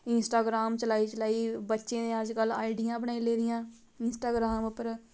Instagram चलाई चलाई बच्चें ने अज कल आईडियां बनाई लेदियां इंस्टाग्राम उप्पर